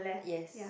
yes